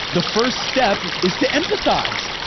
the first step is to empathize.